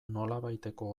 nolabaiteko